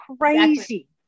crazy